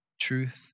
truth